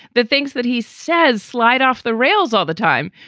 the things that he says slide off the rails all the time.